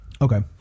Okay